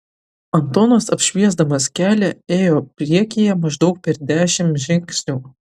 antonas apšviesdamas kelią ėjo priekyje maždaug per dešimt žingsnių